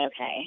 Okay